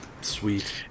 Sweet